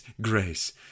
grace